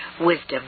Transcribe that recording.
wisdom